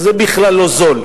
אז זה בכלל לא זול.